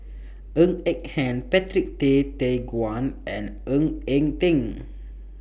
Ng Eng Hen Patrick Tay Teck Guan and Ng Eng Teng